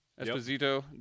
Esposito